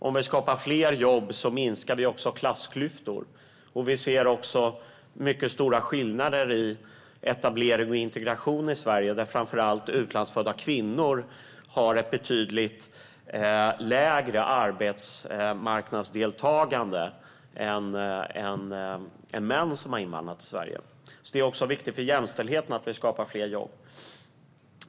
Om vi skapar fler jobb minskar vi också klassklyftor. Vi ser mycket stora skillnader i etablering och integration i Sverige. Det gäller framför allt utlandsfödda kvinnor, som har ett betydligt lägre arbetsmarknadsdeltagande än män som har invandrat till Sverige, så det är också viktigt för jämställdheten att vi skapar fler jobb.